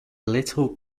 little